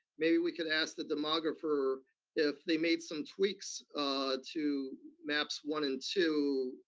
maybe we could ask the demographer if they made some tweaks to maps one and two,